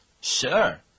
Sure